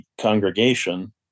congregation